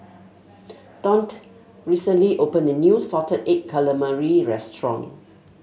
Daunte recently opened a new Salted Egg Calamari restaurant